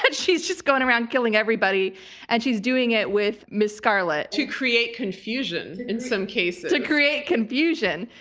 but she's just going around killing everybody and she's doing it with miss scarlet. to create confusion, in some cases. to create confusion.